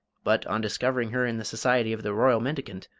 but, on discovering her in the society of the royal mendicant,